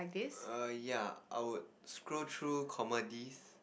err ya I would scroll through comedies